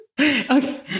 Okay